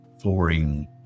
flooring